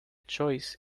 choice